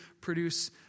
produce